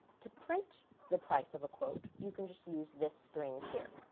to print the price of a quote, you can just use this string here.